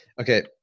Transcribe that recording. Okay